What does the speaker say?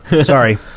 Sorry